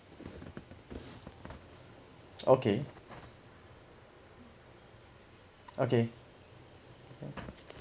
okay okay